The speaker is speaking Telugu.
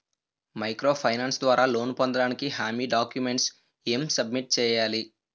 మైక్రో ఫైనాన్స్ ద్వారా లోన్ పొందటానికి హామీ డాక్యుమెంట్స్ ఎం సబ్మిట్ చేయాలి?